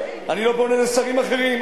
אני לא פונה לשרים אחרים,